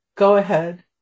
go-ahead